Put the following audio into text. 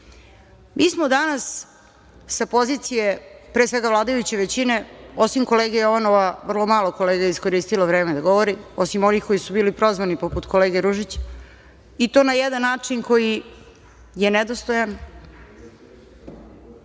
smo danas sa pozicije pre svega vladajuće većine, osim kolege Jovanova, vrlo malo kolega je iskoristilo vreme da govori, osim onih koji su bili prozvani, poput kolege Ružića, i to na jedan način koji je nedostojan